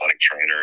trainer